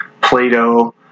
Plato